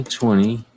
twenty